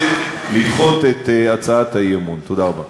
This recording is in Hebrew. אין לכם הרבה זמן.